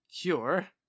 Cure